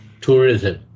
tourism